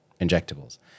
injectables